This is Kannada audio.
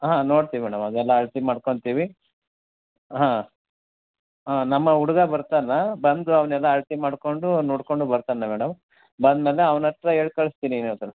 ಹಾಂ ನೋಡ್ತಿವಿ ಮೇಡಮ್ ಅದೆಲ್ಲ ಅಳ್ತೆ ಮಾಡ್ಕೊತೀವಿ ಹಾಂ ಹಾಂ ನಮ್ಮ ಹುಡುಗ ಬರ್ತಾನೆ ಬಂದು ಅವನ್ನೆಲ್ಲ ಅಳ್ತೆ ಮಾಡಿಕೊಂಡು ನೋಡಿಕೊಂಡು ಬರ್ತಾನೆ ಮೇಡಮ್ ಬಂದಮೇಲೆ ಅವ್ನ ಹತ್ರ ಹೇಳ್ ಕಳಿಸ್ತೀನಿ ಏನಿದ್ರು